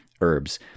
herbs